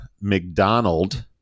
McDonald